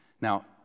Now